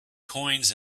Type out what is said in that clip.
coins